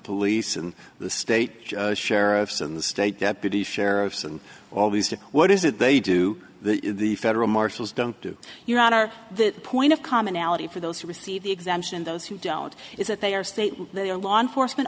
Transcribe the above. sheriffs and the state deputy sheriffs and all these to what is it they do that the federal marshals don't do you not are the point of commonality for those who receive the exemption those who don't is that they are state law enforcement